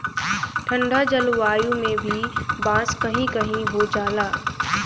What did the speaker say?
ठंडा जलवायु में भी बांस कही कही हो जाला